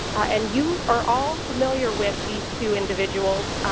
and you are all familiar with these two individuals.